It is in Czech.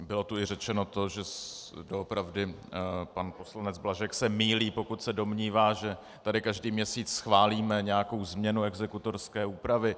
Bylo tu i řečeno to, že doopravdy pan poslanec Blažek se mýlí, pokud se domnívá, že tady každý měsíc schválíme nějakou změnu exekutorské úpravy.